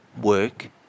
work